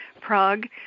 prague